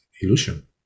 illusion